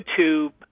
YouTube